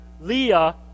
Leah